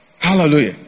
Hallelujah